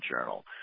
journal